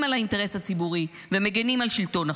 על האינטרס הציבורי ומגינים על שלטון החוק.